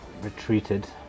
retreated